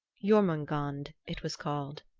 jormungand it was called.